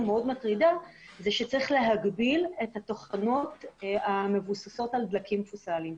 מאוד שצריך להגביל את התחנות שמבוססות על דלקים פוסליים,